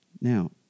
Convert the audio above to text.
Now